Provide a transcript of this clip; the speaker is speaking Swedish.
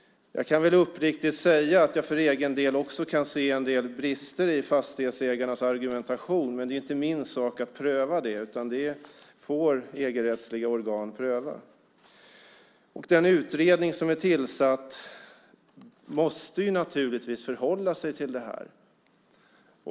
Jag kan uppriktigt säga att jag för egen del också kan se en del brister i Fastighetsägarnas argumentation, men det är inte min sak att pröva det. Det får EG-rättsliga organ pröva. Den utredning som är tillsatt måste naturligtvis förhålla sig till det här.